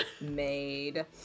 made